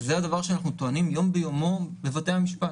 זה הדבר שאנחנו טוענים יום ביומו בבתי המשפט.